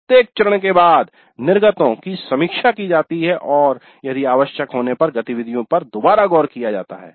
प्रत्येक चरण के बाद निर्गतों आउटपुट output की समीक्षा की जाती है और यदि आवश्यक होने पर गतिविधियों पर दोबारा गौर किया जाता है